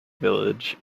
village